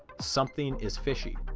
something is fishy.